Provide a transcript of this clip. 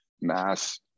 mass